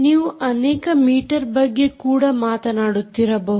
ನೀವು ಅನೇಕ ಮೀಟರ್ ಬಗ್ಗೆ ಕೂಡ ಮಾತನಾಡುತ್ತಿರಬಹುದು